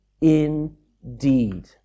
indeed